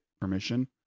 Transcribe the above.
permission